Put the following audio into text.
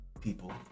people